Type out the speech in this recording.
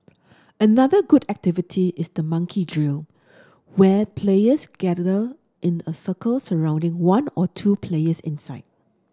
another good activity is the monkey drill where players gather in a circle surrounding one or two players inside